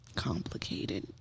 Complicated